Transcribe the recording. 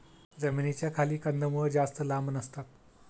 जमिनीच्या खाली कंदमुळं जास्त लांब नसतात